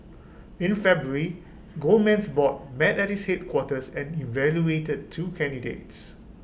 in February Goldman's board met at its headquarters and evaluated two candidates